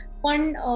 one